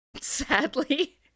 Sadly